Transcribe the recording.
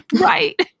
Right